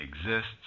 exists